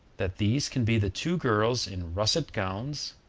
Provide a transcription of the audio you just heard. that these can be the two girls in russet gowns,